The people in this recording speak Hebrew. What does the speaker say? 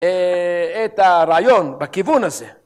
אה... את הרעיון בכיוון הזה